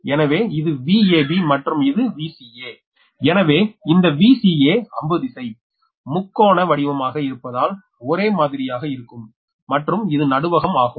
எனவே இது Vab மற்றும் இது Vca எனவே இந்த Vca அம்பு திசை முக்கோண வடிவமாக இருப்பதால் ஒரே மாதிரியாக இருக்கும் மற்றும் இது நடுவகம் ஆகும்